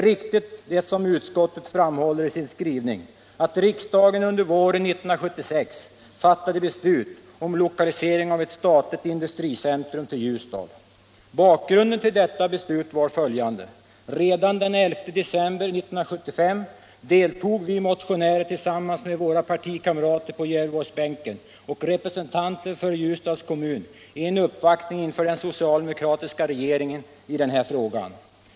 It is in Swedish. Redan den 11 december 1975 deltog vi motionärer tillsammans med våra partikamrater på Gävleborgsbänken och representanter för Ljusdals kommun i en uppvaktning inför den socialdemokratiska regeringen i frågan.